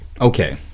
Okay